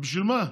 בשביל מה?